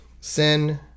sin